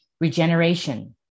Regeneration